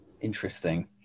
Interesting